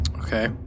Okay